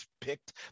picked